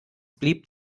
blieb